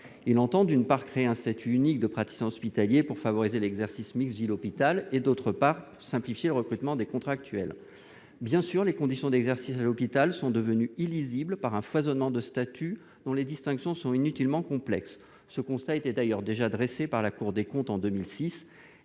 il entend, d'une part, créer un statut unique de praticien hospitalier pour favoriser l'exercice mixte entre la ville et l'hôpital, d'autre part, simplifier le recrutement de contractuels. Bien sûr, les conditions d'exercice à l'hôpital sont devenues illisibles du fait d'un foisonnement de statuts, dont les distinctions sont inutilement complexes. Ce constat était déjà dressé par la Cour des comptes dans